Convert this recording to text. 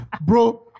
Bro